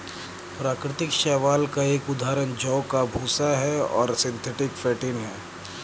प्राकृतिक शैवाल का एक उदाहरण जौ का भूसा है और सिंथेटिक फेंटिन है